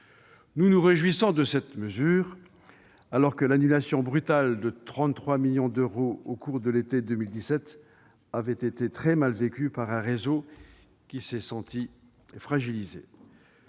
Nous nous réjouissons de cette mesure, alors que l'annulation brutale de 33 millions d'euros au cours de l'été 2017 avait été très mal vécue par un réseau qui s'est senti fragilisé.